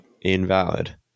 invalid